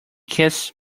kiss